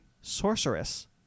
Sorceress